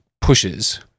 pushes